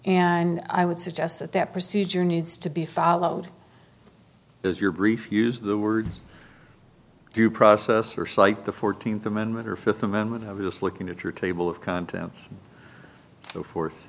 and i would suggest that that procedure needs to be followed as your brief use the words due process or cite the fourteenth amendment or fifth amendment obvious looking at your table of contents so forth